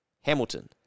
Hamilton